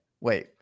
wait